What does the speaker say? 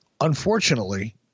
Unfortunately